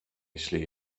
jeśli